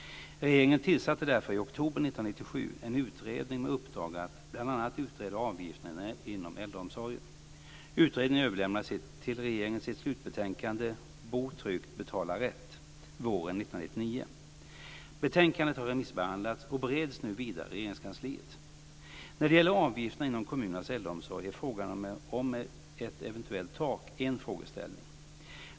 Regeringen tillsatte därför i oktober 1997 en utredning med uppdrag att bl.a. utreda avgifterna inom äldreomsorgen. Utredningen överlämnade till regeringen sitt slutbetänkande Bo tryggt - betala rätt När det gäller avgifterna inom kommunernas äldreomsorg är frågan om ett eventuellt tak en frågeställning.